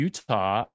Utah